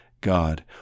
God